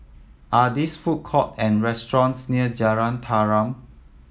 are these food court or restaurants near Jalan Tarum